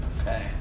Okay